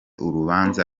urubanza